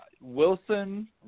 Wilson